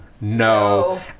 no